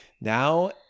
Now